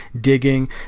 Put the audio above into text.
digging